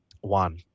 One